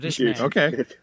okay